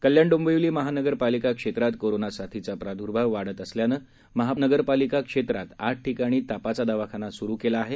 कल्याण डोंबिवली महापालिका क्षेत्रात कोरोना साथीचा प्रादुर्भाव वाढत असल्यामुळे महानगरपालिका क्षेत्रात आठ ठिकाणी तापांचा दवाखाना सुरु करण्यात आला आहे